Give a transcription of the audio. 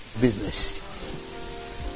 business